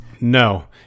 No